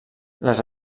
les